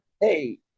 Hey